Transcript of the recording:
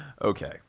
Okay